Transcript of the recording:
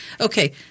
okay